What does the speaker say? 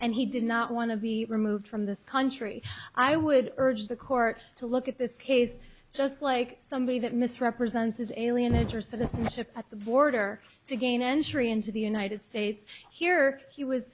and he did not want to be removed from the country i would urge the court to look at this case just like somebody that misrepresents is alienate your citizenship at the border to gain entry into the united states here he was